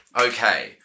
Okay